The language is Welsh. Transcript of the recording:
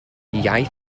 iaith